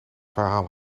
verhaal